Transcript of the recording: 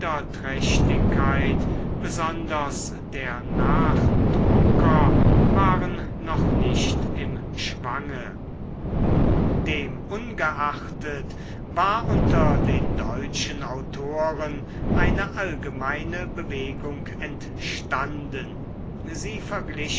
niederträchtigkeit besonders der nachdrucker waren noch nicht im schwange demungeachtet war unter den deutschen autoren eine allgemeine bewegung entstanden